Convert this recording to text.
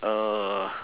uh